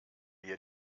hier